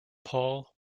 paul